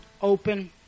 open